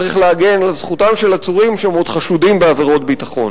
צריך להגן על זכותם של עצורים שהם עוד חשודים בעבירות ביטחון.